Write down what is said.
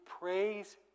praise